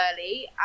early